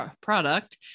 product